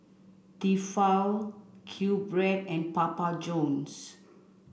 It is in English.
Tefal Q Bread and Papa Johns